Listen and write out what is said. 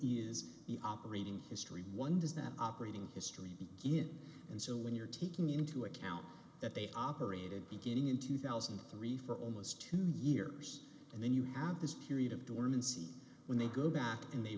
is operating history one does that operating history and so when you're taking into account that they operated beginning in two thousand and three for almost two years and then you have this period of dormancy when they go back and they